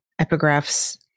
epigraphs